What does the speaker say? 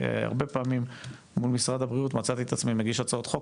הרבה פעמים מול משרד הבריאות מצאתי את עצמי מגיש הצעות חוק,